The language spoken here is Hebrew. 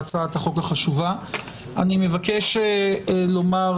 שלום רב, אני מתכבד לפתוח את הישיבה.